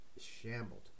shambled